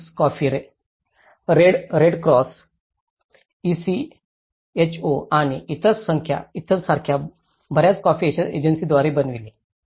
Starbucks coffee Red Cross ECHO आणि इतर सारख्या बर्याच कॉफी एजन्सीद्वारे बनविलेले